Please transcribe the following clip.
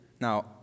Now